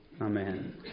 Amen